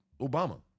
Obama